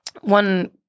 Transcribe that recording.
One